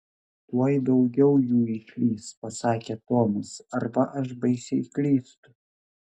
tuoj daugiau jų išlįs pasakė tomas arba aš baisiai klystu